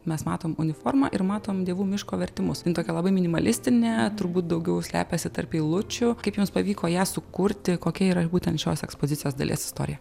mes matom uniformą ir matom dievų miško vertimus in tokia labai minimalistinė turbūt daugiau slepiasi tarp eilučių kaip jums pavyko ją sukurti kokia yra būtent šios ekspozicijos dalies istorija